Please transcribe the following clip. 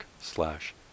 slash